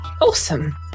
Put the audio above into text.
Awesome